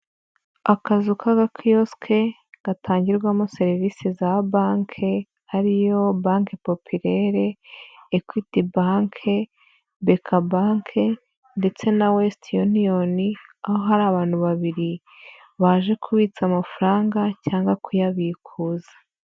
Akazu k'agakiyosike gatangirwamo serivisi za banki ariyo Bank Populaire, Equity Bank BK Bank ndetse na Western Union, aho hari abantu babiri baje kubitsa amafaranga cyangwa kuyabikuza.